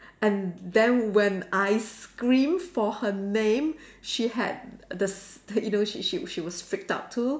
and then when I screamed for her name she had the s~ you know she she she was freaked out too